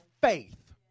faith